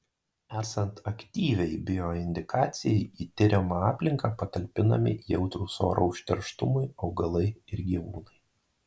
esant aktyviai bioindikacijai į tiriama aplinką patalpinami jautrūs oro užterštumui augalai ir gyvūnai